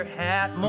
hat